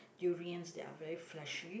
durians that are very fleshy